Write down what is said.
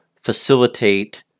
facilitate